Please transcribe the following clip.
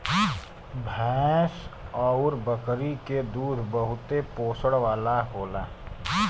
भैंस आउर बकरी के दूध बहुते पोषण वाला होला